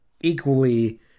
equally